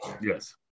Yes